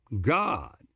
God